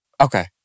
Okay